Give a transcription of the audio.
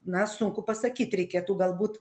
na sunku pasakyt reikėtų galbūt